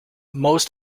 most